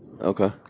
Okay